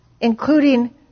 including